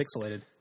pixelated